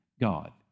God